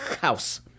House